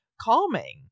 calming